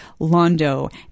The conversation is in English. Londo